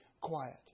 quiet